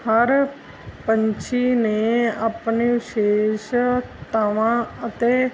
ਹਰ ਪੰਛੀ ਨੇ ਆਪਣੀਆਂ ਵਿਸ਼ੇਸ਼ਤਾਵਾਂ ਅਤੇ